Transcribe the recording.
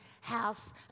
house